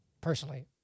personally